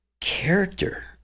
character